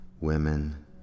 women